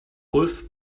ulf